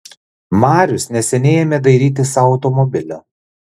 marius neseniai ėmė dairytis sau automobilio